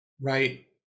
right